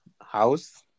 house